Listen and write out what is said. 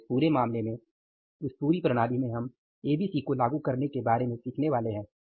तो इस पूरे मामले में इस पूरी प्रणाली में हम एबीसी को लागू करने के बारे में सीखने वाले है